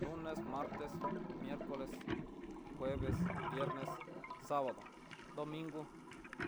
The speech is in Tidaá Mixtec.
Lunes, martes, miercoles, jueves, sabado, domingo.